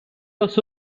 was